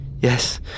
Yes